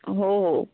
हो हो